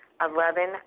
Eleven